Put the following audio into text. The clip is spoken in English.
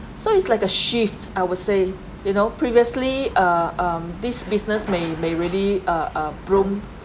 so it's like a shift I would say you know previously uh um this business may may really uh uh bloom